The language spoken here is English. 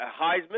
Heisman